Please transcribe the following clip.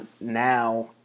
now